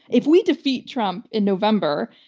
if we defeat trump in november,